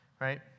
right